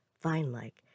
vine-like